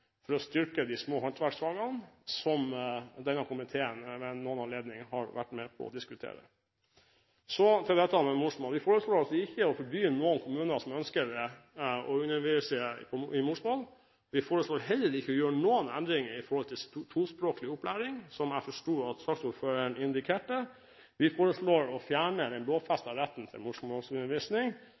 for å styrke de små håndverksfagene, som denne komiteen ved noen anledninger har vært med på å diskutere. Så til dette med morsmål. Vi foreslår ikke å forby noen kommuner som ønsker det, å undervise i morsmål. Vi foreslår heller ikke å gjøre noen endringer når det gjelder tospråklig opplæring, som jeg forsto at saksordføreren indikerte. Vi foreslår å fjerne den lovfestede retten til morsmålsundervisning,